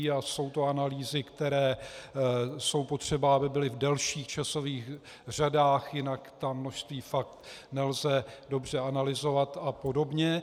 A jsou to analýzy, které jsou potřeba, aby byly v delších časových řadách, jinak ta množství fakt nelze dobře analyzovat a podobně.